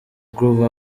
groove